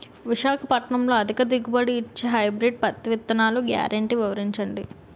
విశాఖపట్నంలో అధిక దిగుబడి ఇచ్చే హైబ్రిడ్ పత్తి విత్తనాలు గ్యారంటీ వివరించండి?